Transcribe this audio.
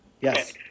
Yes